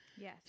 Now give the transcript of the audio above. yes